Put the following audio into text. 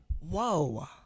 Whoa